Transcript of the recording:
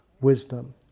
wisdom